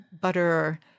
butter